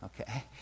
okay